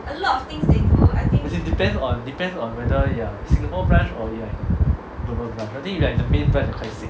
as in depends on depends on whether you're singapore branch or global branch I think if you're in the main branch it's quite sick